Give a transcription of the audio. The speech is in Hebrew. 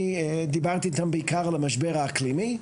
אני דיברתי איתם בעיקר על המשבר האקלימי,